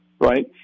Right